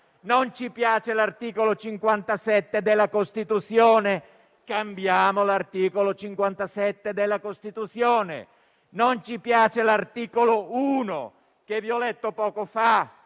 non ci piace l'articolo 57 della Costituzione, cambiamo l'articolo 57 della Costituzione; non ci piace l'articolo 1 della legge elettorale del